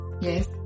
yes